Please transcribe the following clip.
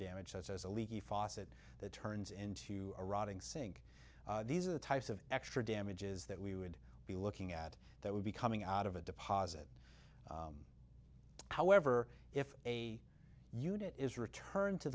damage such as a leaky faucet that turns into a rotting sink these are the types of extra damages that we would be looking at that would be coming out of a deposit however if a unit is returned to